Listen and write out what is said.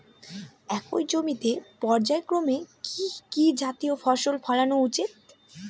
একই জমিতে পর্যায়ক্রমে কি কি জাতীয় ফসল ফলানো উচিৎ?